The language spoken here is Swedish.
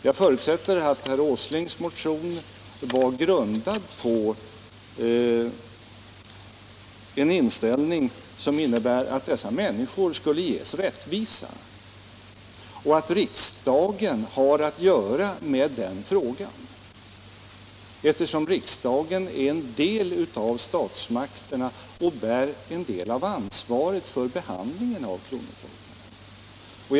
Jag förutsätter att herr Åslings motion var grundad på en inställning som innebar att dessa människor skulle ges rättvisa och att riksdagen har att göra med den frågan, eftersom riksdagen är en del av statsmakterna och bär en del av ansvaret för behandlingen av kronotorparna.